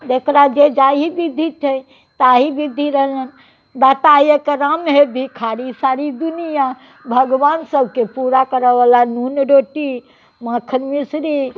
जकरा जे जाहि विधि छै ताहि विधि रहलनि दाता एक राम है भिखारी सारी दुनिआँ भगवान सभके पूरा करयवला नून रोटी माखन मिश्री